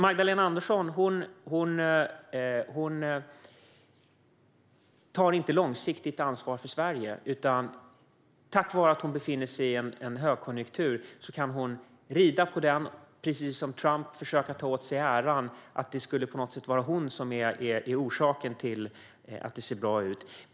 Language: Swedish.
Magdalena Andersson tar inte långsiktigt ansvar för Sverige, men tack vare att hon befinner sig i en högkonjunktur kan hon rida på den och precis som Trump försöka ta åt sig äran av att det på något sätt är hon som är orsaken till att det ser bra ut.